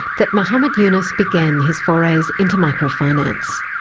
that muhummad yunus began his forays into microfinance.